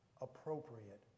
appropriate